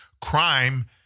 crime